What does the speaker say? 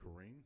Kareem